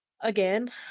again